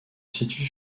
situe